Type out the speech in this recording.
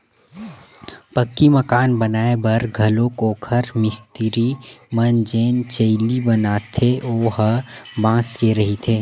पक्की मकान बनाए बर घलोक ओखर मिस्तिरी मन जेन चइली बनाथे ओ ह बांस के रहिथे